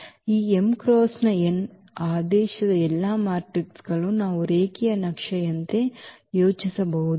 ಈ m × n ನ ಆದೇಶದ ಎಲ್ಲಾ ಮೆಟ್ರಿಕ್ಗಳು ನಾವು ರೇಖೀಯ ನಕ್ಷೆಯಂತೆ ಯೋಚಿಸಬಹುದು